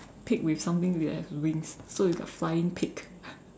pig with something which have wings so you got flying pig